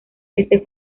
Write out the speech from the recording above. este